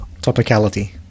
Topicality